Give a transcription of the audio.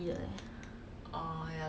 if not I at home really cannot focus also